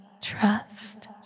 trust